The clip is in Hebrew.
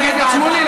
חבר הכנסת שמולי,